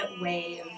Wave